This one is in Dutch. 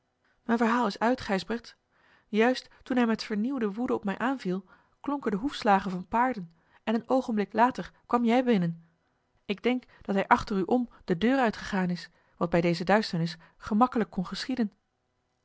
mijn verhaal is uit gijsbrecht juist toen hij met vernieuwde woede op mij aanviel klonken de hoefslagen van paarden en een oogenblik later kwam jij binnen ik denk dat hij achter u om de deur uitgegaan is wat bij deze duisternis gemakkelijk kon geschieden